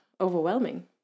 overwhelming